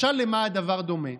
משל למה הדבר דומה?